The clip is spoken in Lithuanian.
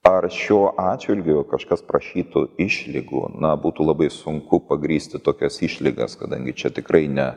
ar šiuo atžvilgiu kažkas prašytų išlygų na būtų labai sunku pagrįsti tokias išlygas kadangi čia tikrai ne